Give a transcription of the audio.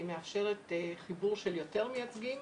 היא מאפשרת חיבור של יותר מייצגים,